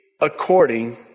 according